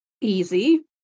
easy